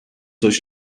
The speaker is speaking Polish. coś